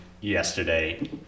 yesterday